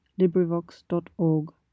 Librivox.org